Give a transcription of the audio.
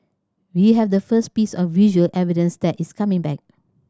we have the first piece of visual evidence that it's coming back